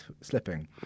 slipping